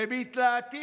מביט לעתיד,